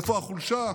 איפה החולשה?